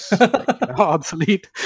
obsolete